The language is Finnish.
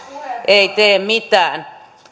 ei tee mitään